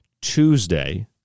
Tuesday